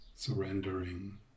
Surrendering